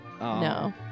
No